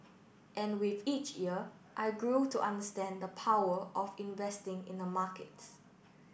and with each year I grew to understand the power of investing in the markets